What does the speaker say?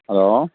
hello